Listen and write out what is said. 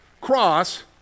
cross